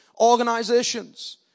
organizations